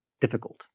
difficult